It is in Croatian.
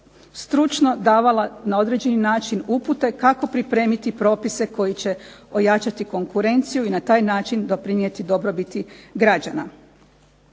stručno davala na određeni način upute kako pripremiti propise koji će ojačati konkurenciju i na taj način doprinijeti dobrobiti građana.